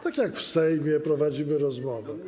Tak jak w Sejmie prowadzimy rozmowy.